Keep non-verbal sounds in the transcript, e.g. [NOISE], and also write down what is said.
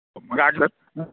[UNINTELLIGIBLE]